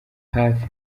hafi